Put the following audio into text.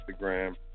Instagram